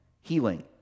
Healing